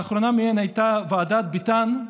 האחרונה בהן הייתה ועדת ביטון,